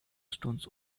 stones